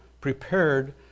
prepared